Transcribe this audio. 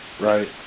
Right